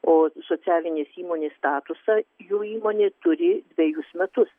o socialinės įmonės statusą jų įmonė turi dvejus metus